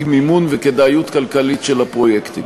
מימון וכדאיות כלכלית של הפרויקטים,